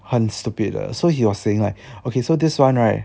很 stupid 的 so he was saying like okay so this [one] right